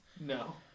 No